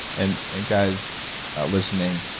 and and guys listening,